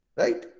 right